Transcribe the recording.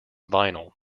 vinyl